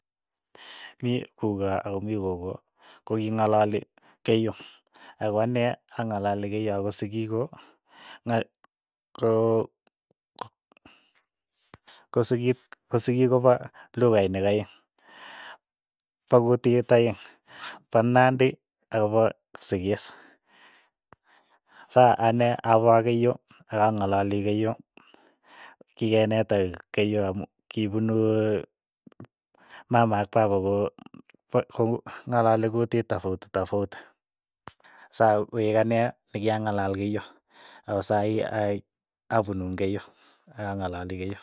Mi kuko ako mii koko, ko ki ng'alali keiyo, ako ane ang'alali keiyo ako sikiik ko, ng'a ko kosikiik ko sikiik ko pa lukainik aeng', pa kutit aeng', pa nandi akopa kipsigis, sa ane apa keiyo ak ang'alali keiyo, kikeneta keiyo amu kipunu mama ak papa ko pot ko ng'alali kutit topauti topauti, sa koek ane ne kyang'alal keiyo ako sai aai apunu keiyo, ang'alali keiyo.